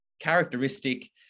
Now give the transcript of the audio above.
characteristic